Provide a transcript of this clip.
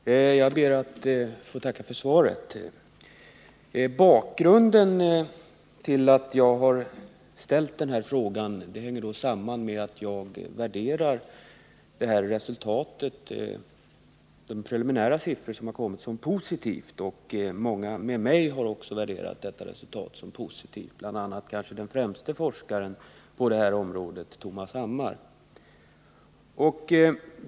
Herr talman! Jag ber att få tacka för svaret. Bakgrunden till att jag har ställt min fråga är att jag och många med mig, bl.a. den kanske främste forskaren på detta område, Tomas Hammar, värderar de preliminära siffrorna om invandrarnas medverkan i folkomröstningen om kärnkraften positivt.